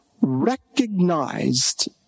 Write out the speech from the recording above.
recognized